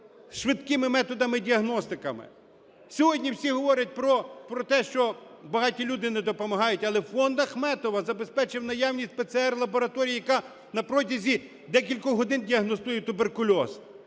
швидкими методами діагностики? Сьогодні всі говорять про те, що багаті люди не допомагають, але фонд Ахметова забезпечив наявність ПЦР-лабораторії, яка на протязі декількох годин діагностує туберкульоз.